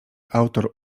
autor